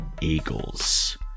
Eagles